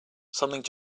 something